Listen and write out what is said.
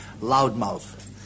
loudmouth